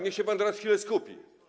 Niech się pan teraz chwilę skupi.